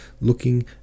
looking